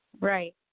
Right